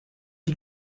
die